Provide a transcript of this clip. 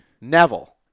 Neville